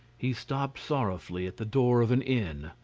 he stopped sorrowfully at the door of an inn.